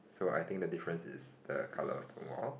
so I think the difference is the colour of the wall